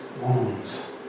wounds